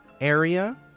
area